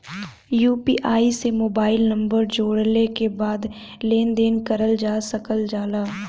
UPI से mobile number जोड़ले के बाद लेन देन करल जा सकल जाला